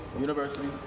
University